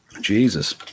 jesus